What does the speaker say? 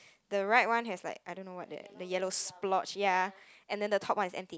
the right one has like I don't know what that the yellow splotch ya and then the top one is empty